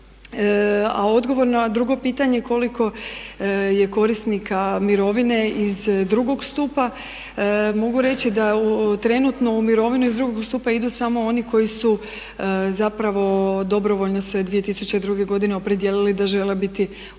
A odgovor na drugo pitanje koliko je korisnika mirovine iz drugog stupa. Mogu reći da trenutno u mirovinu iz drugog stupa idu samo oni koji su zapravo dobrovoljno se 2002. godine opredijelili da žele biti u